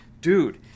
dude